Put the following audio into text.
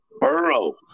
Burrow